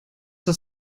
das